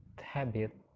habit